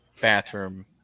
bathroom